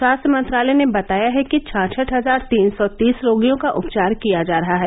स्वास्थ्य मंत्रालय ने बताया है कि छाछठ हजार तीन सौ तीस रोगियों का उपचार किया जा रहा है